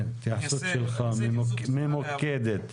זו אמירה כללית מאוד.